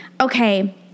Okay